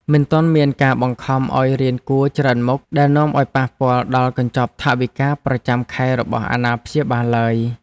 មិនទាន់មានការបង្ខំឱ្យរៀនគួរច្រើនមុខដែលនាំឱ្យប៉ះពាល់ដល់កញ្ចប់ថវិកាប្រចាំខែរបស់អាណាព្យាបាលឡើយ។